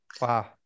Wow